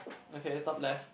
okay top left